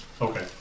Okay